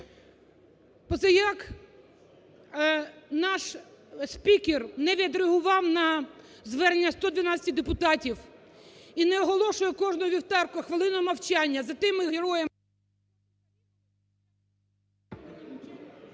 Позаяк наш спікер не відреагував на звернення 112 депутатів і не оголошує кожного вівторка хвилину мовчання за тими героями…